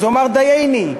אומר "דייני".